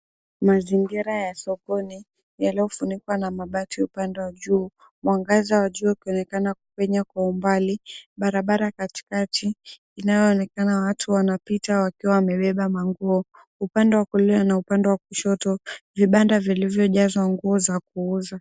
Mazingira ya sokoni yaliyofunikwa na mabati upande wa juu. Mwangaza wa jua ukionekana kupenya kwa umbali, barabara katikati inayoonekana watu wanapita wakiwa wamebeba manguo. Upande wa kulia na upande wa kushoto, vibanda vilivyojazwa nguo za kuuza.